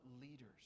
leaders